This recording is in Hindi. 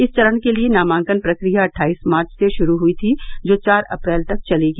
इस चरण के लिए नामांकन प्रक्रिया अद्वाइस मार्च से शुरू हुई थी जो चार अप्रैल तक चलेगी